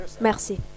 Merci